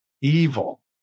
evil